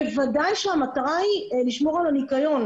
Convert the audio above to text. בוודאי שהמטרה היא לשמור על הניקיון,